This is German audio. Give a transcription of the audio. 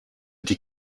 die